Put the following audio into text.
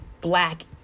black